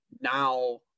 now